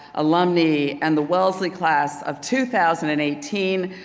alumni, and the wellesley class of two thousand and eighteen,